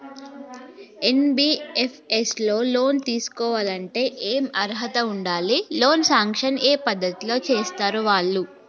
NBFS లో loan తీస్కోవాలంటే ఏం అర్హత ఉండాలి? లోన్ సాంక్షన్ ఏ పద్ధతి లో చేస్తరు వాళ్లు?